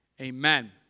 Amen